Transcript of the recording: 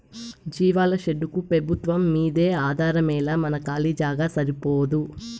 జీవాల షెడ్డుకు పెబుత్వంమ్మీదే ఆధారమేలా మన కాలీ జాగా సరిపోదూ